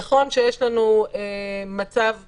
נכון שיש לנו מצב קיים,